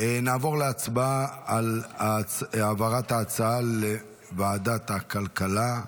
נעבור להצבעה על העברת ההצעה לוועדת הכלכלה.